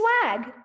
swag